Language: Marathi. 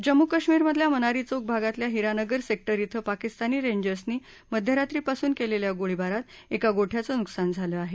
जम्मू कश्मीरमधल्या मन्यारी चौकी भागातल्या हिरानगर सेक्टर डें पाकिस्तानी रेंजर्सनी मध्यरात्रीपासून केलेल्या गोळीबारात एका गोठयाचं नुकसान झालं आहे